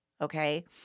okay